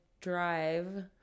drive